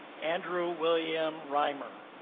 andrew william rhymer